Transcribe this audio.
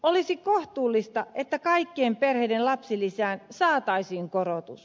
olisi kohtuullista että kaikkien perheiden lapsilisään saataisiin korotus